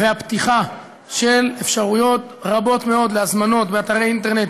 והפתיחה של אפשרויות רבות מאוד להזמנות באתרי אינטרנט,